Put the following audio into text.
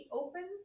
open